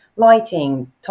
lighting